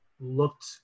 looked